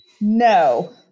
no